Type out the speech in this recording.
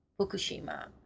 fukushima